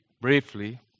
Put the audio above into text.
briefly